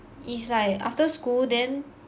is like after school then